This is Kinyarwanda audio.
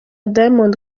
diamond